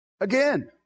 Again